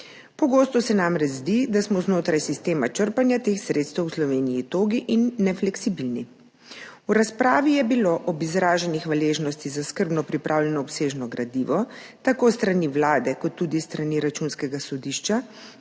Pogosto se namreč zdi, da smo znotraj sistema črpanja teh sredstev v Sloveniji togi in nefleksibilni. V razpravi je bilo ob izraženi hvaležnosti za skrbno pripravljeno obsežno gradivo tako s strani Vlade kot tudi s strani Računskega sodišča